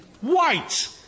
White